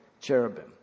cherubim